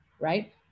right